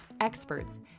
experts